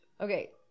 Okay